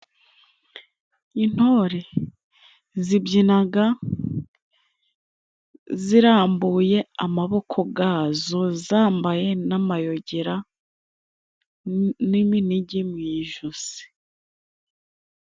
Intore zibyinaga zirambuye amaboko gazo, zambaye n'amayogera n'iminigi mu ijosi.